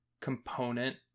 component